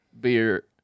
beer